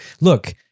look